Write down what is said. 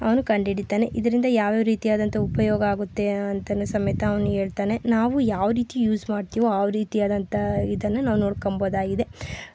ಅವ್ನು ಕಂಡಿಡಿತಾನೆ ಇದರಿಂದ ಯಾವ್ಯಾವ ರೀತಿಯಾದಂಥ ಉಪಯೋಗ ಆಗುತ್ತೆ ಅಂತಾನು ಸಮೇತ ಅವನಿಗೇಳ್ತಾನೆ ನಾವು ಯಾವ ರೀತಿ ಯೂಸ್ ಮಾಡ್ತೀವೋ ಯಾವ ರೀತಿ ಆದಂತಹ ಇದನ್ನು ನಾವು ನೋಡ್ಕೋಬೋದಾಗಿದೆ